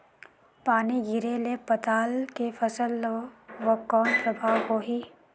पानी गिरे ले पताल के फसल ल कौन प्रभाव होही?